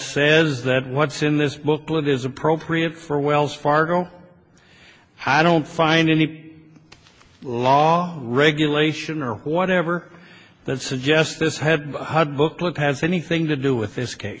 says that what's in this booklet is appropriate for wells fargo how i don't find any law regulation or whatever that suggests this had one hundred booklet has anything to do with this case